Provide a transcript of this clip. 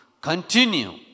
continue